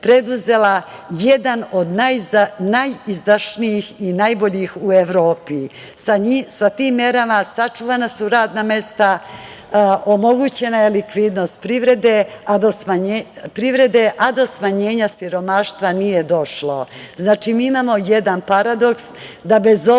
preduzela jedan od najizdašnijih i najboljih u Evropi. Sa tim merama sačuvana su radna mesta, omogućena je likvidnost privrede, a do smanjenja siromaštva nije došlo. Znači, mi imamo jedan paradoks da bez obzira